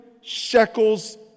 shekels